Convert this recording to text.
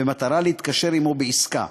במטרה להתקשר עמו בעסקה.